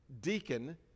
deacon